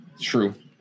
True